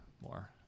more